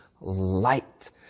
light